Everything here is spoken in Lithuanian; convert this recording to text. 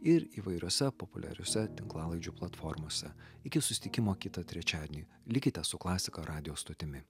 ir įvairiuose populiariuose tinklalaidžių platformose iki susitikimo kitą trečiadienį likite su klasika radijo stotimi